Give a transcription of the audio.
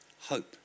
Hope